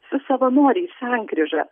su savanoriais sankryža